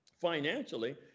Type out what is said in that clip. financially